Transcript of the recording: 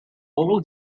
all